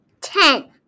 Ten